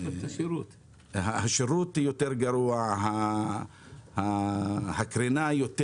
השירות יותר גרוע הקרינה יותר